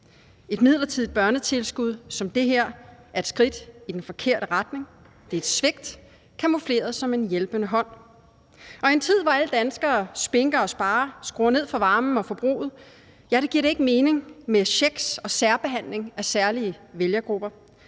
Et midlertidigt børnetilskud som det her er et skridt i den forkerte retning. Det er et svigt camoufleret som en hjælpende hånd. Og i en tid, hvor alle danskere spinker og sparer, skruer ned for varmen og forbruget, giver det ikke mening med checks til og særbehandling af særlige vælgergrupper.